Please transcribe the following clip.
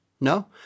No